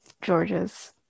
Georges